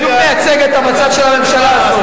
זה בדיוק מייצג את המצב של הממשלה הזאת.